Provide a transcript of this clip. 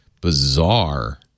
bizarre